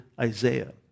Isaiah